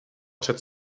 před